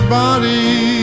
body